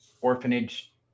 orphanage